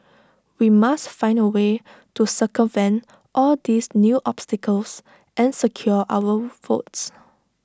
we must find A way to circumvent all these new obstacles and secure our votes